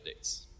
updates